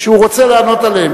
שהוא רוצה לענות עליהן,